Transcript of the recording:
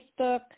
Facebook